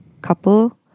couple